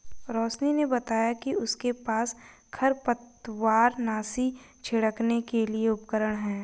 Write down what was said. रोशिनी ने बताया कि उसके पास खरपतवारनाशी छिड़कने के लिए उपकरण है